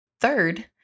Third